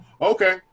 okay